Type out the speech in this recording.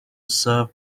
serve